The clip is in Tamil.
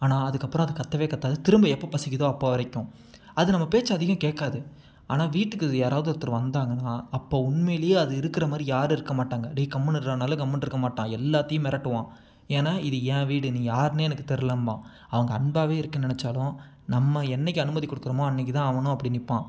ஆனால் அதுக்கப்புறம் அது கத்தவே கத்தாது திரும்ப எப்போ பசிக்கிதோ அப்போ வரைக்கும் அது நம்ம பேச்சை அதிகம் கேட்காது ஆனால் வீட்டுக்கு யாராவது ஒருத்தர் வந்தாங்கன்னா அப்போது உண்மைலேயே அது இருக்கிற மாதிரி யாரும் இருக்கற மாட்டாங்க டேய் கம்முன்னு இருடானாலும் கம்முன்ருக்க மாட்டான் எல்லாத்தையும் மிரட்டுவான் ஏன்னால் இது ஏன் வீடு நீ யாருன்னே எனக்கு தெரிலம்பான் அவங்க அன்பாகவே இருக்கற நினைச்சாலும் நம்ம என்றைக்கி அனுமதி கொடுக்குறோமோ அன்றைக்கி தான் அவனும் அப்படி நிற்பான்